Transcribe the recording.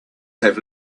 have